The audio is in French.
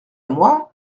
moi